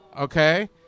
okay